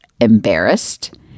embarrassed